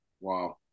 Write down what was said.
Wow